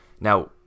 Now